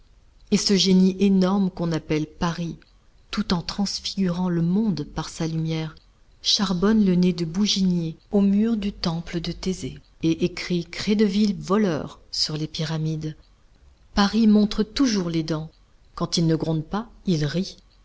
et ce génie énorme qu'on appelle paris tout en transfigurant le monde par sa lumière charbonne le nez de bouginier au mur du temple de thésée et écrit crédeville voleur sur les pyramides paris montre toujours les dents quand il ne gronde pas il rit